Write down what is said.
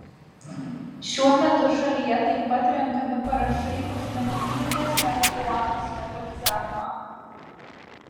šiuo metu šalyje taip pat renkami parašai už medicininės marihuanos legalizavimą